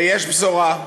יש בשורה: